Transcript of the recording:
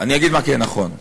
אבל זה לא נכון,